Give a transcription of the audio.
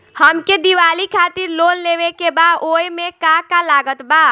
हमके दिवाली खातिर लोन लेवे के बा ओमे का का लागत बा?